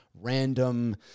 random